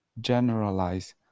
generalize